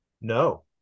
No